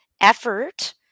effort